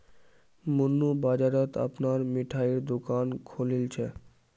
मन्नू बाजारत अपनार मिठाईर दुकान खोलील छ